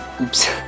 Oops